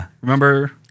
remember